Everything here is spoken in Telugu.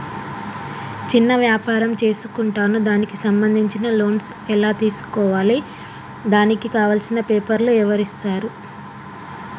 చిన్న వ్యాపారం చేసుకుంటాను దానికి సంబంధించిన లోన్స్ ఎలా తెలుసుకోవాలి దానికి కావాల్సిన పేపర్లు ఎవరిస్తారు?